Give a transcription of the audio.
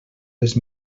les